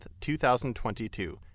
2022